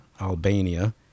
Albania